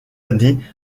année